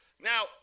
now